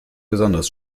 besonders